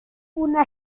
una